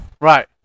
right